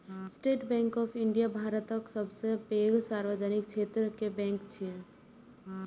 state Bank of India भारतक सबसं पैघ सार्वजनिक क्षेत्र के बैंक छियै